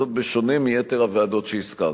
בשונה מיתר הוועדות שהזכרתי.